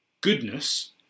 goodness